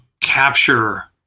capture